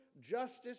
justice